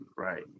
Right